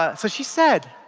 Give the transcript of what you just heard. ah so, she said,